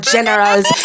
Generals